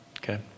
Okay